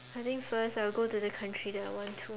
I think first I will go to the country that I want to